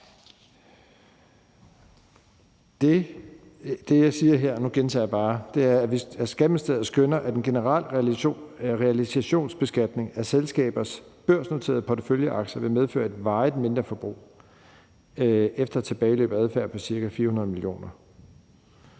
Det, jeg siger her, og nu gentager jeg bare, er, at Skatteministeriet skønner, at en generel realisationsbeskatning af selskabers børsnoterede porteføljeaktier vil medføre et varigt mindreforbrug efter tilbageløb og adfærd på ca. 400 mio.